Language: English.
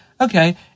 okay